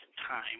time